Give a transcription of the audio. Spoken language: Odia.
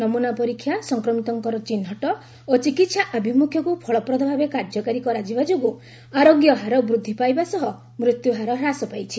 ନମୁନା ପରୀକ୍ଷା ସଂକ୍ରମିତମାନଙ୍କର ଚିହ୍ନଟ ଓ ଚିକିତ୍ସା ଆଭିମୁଖ୍ୟକୁ ଫଳପ୍ରଦ ଭାବେ କାର୍ଯ୍ୟକାରୀ କରାଯିବା ଯୋଗୁଁ ଆରୋଗ୍ୟହାର ବୃଦ୍ଧି ପାଇବା ସହ ମୃତ୍ୟୁ ହାର ହ୍ରାସ ପାଇଛି